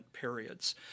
periods